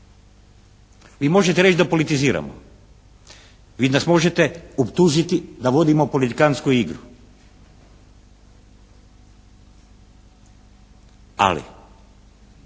Vi možete reći da politiziramo. Vi nas možete optužiti da vodimo politikantsku igru. Ali,